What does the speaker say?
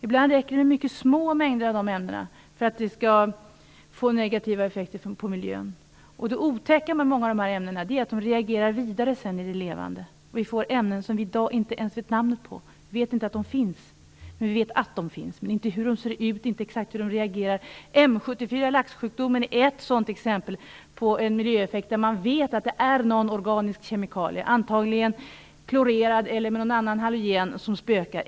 Ibland räcker det med mycket små mängder av de ämnena för att det skall bli negativa effekter på miljön. Det otäcka med många av de här ämnena är att de sedan reagerar vidare i det levande. Vi får då ämnen som vi i dag inte ens vet namnet på. Vi vet att de finns, men inte hur de ser ut eller exakt hur de reagerar. Laxsjukdomen M 74 är ett exempel på en miljöeffekt om vilken man vet att det är en organisk kemikalie - antagligen klorerad eller tillsammans med någon annan halogen, som spökar.